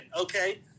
Okay